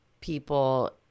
people